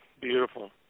Beautiful